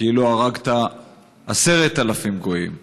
כאילו הרגת 10,000 גויים.